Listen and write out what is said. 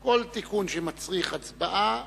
כל תיקון שמצריך הצבעה,